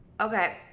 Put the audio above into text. Okay